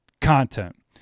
content